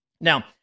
Now